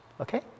Okay